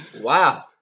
Wow